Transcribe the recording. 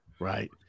Right